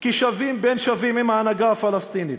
כשווים בין שווים, עם ההנהגה הפלסטינית,